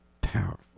powerful